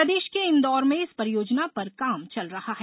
प्रदेश के इंदौर में इस परियोजना पर काम चल रहा है